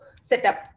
setup